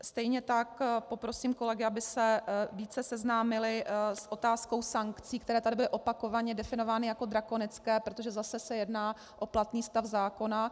Stejně tak poprosím kolegy, aby se více seznámili s otázkou sankcí, které tady byly opakovaně definovány jako drakonické, protože zase se jedná o platný stav zákona.